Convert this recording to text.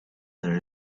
there